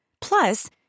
Plus